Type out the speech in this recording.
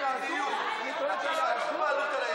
לא תהיה הכרה לעיוותים ולסילופים של